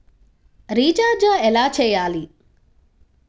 Recharge ఎలా చెయ్యాలి?